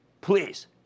Please